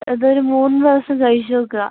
ഇതൊരു മൂന്ന് ദിവസം കഴിച്ചുനോക്കുക